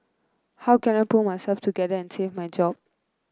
how can I pull myself together and save my job